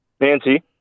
Nancy